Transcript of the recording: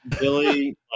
billy